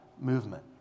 movement